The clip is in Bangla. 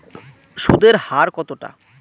সুদের হার কতটা?